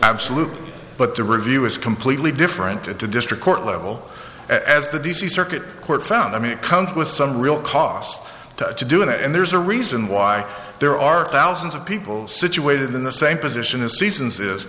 absolute but the review is completely different at the district court level as the d c circuit court found i mean it comes with some real cost to doing it and there's a reason why there are thousands of people situated in the same position the seasons is